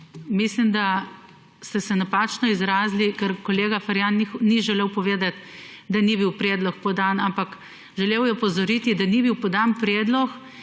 mislim, da ste se napačno izrazili, ker kolega Ferjan ni želel povedati, da ni bil predlog podan, ampak je želel opozoriti, da ni bil podan predlog,